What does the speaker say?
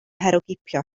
herwgipio